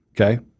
Okay